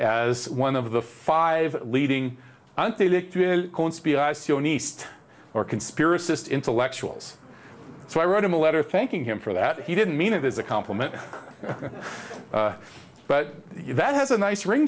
as one of the five leading to an east or conspiracist intellectuals so i wrote him a letter thanking him for that he didn't mean it as a compliment but that has a nice rin